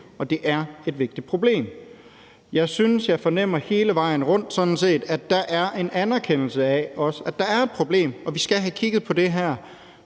og det er et vigtigt problem. Jeg synes, jeg fornemmer hele vejen rundt sådan set, at der er en anerkendelse af, at der er et problem, og vi skal have kigget på det her.